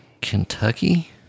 Kentucky